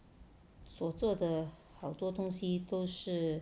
所做的好多东西都是